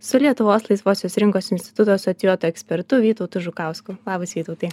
su lietuvos laisvosios rinkos instituto asocijuotu ekspertu vytautu žukausku labas vytautai